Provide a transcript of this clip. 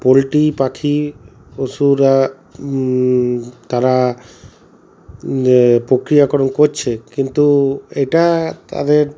poultry পাখি পশুরা তারা প্রক্রিয়াকরণ করছে কিন্তু এটা তাদের